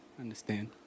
Understand